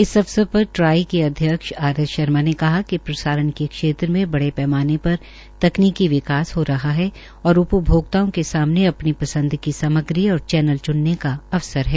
इस अवसर पर ट्राई के अध्यक्ष आर एस शर्मा ने कहा कि प्रसारण के क्षेत्र में बड़े पैमाने पर तकनीकी विकास अपनी हो रहा है और उपभोक्ताओं के सामने अपनी पंसद की सामग्री और चैन्ल च्नने का अवसर है